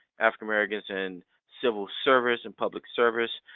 african-americans in civil service and public service,